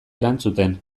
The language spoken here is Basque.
erantzuten